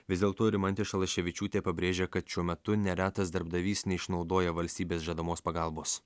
vis dėlto rimantė šalaševičiūtė pabrėžė kad šiuo metu neretas darbdavys neišnaudoja valstybės žadamos pagalbos